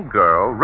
girl